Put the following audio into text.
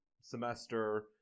semester